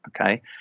okay